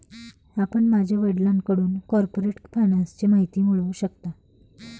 आपण माझ्या वडिलांकडून कॉर्पोरेट फायनान्सची माहिती मिळवू शकता